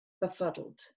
befuddled